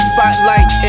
Spotlight